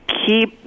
keep